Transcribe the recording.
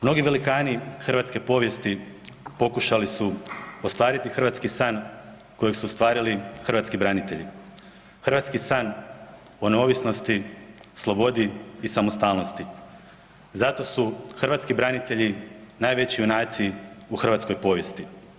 Mnogi velikani hrvatske povijesti pokušali su ostvariti hrvatski san kojeg su ostvarili hrvatski branitelji, hrvatski san o neovisnosti, slobodi i samostalnosti, zato su hrvatski branitelji najveći junaci i hrvatsko povijesti.